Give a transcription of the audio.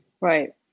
Right